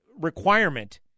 requirement